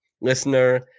listener